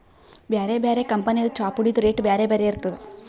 ಬ್ಯಾರೆ ಬ್ಯಾರೆ ಕಂಪನಿದ್ ಚಾಪುಡಿದ್ ರೇಟ್ ಬ್ಯಾರೆ ಬ್ಯಾರೆ ಇರ್ತದ್